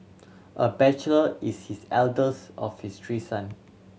a bachelor is his eldest of his three son